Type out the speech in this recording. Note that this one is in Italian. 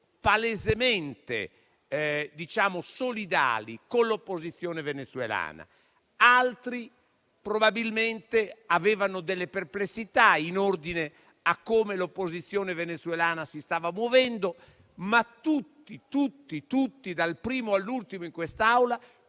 palesemente solidali con l'opposizione venezuelana; altri probabilmente avevano delle perplessità in ordine a come l'opposizione venezuelana si stava muovendo; ma tutti, dal primo all'ultimo in quest'Aula,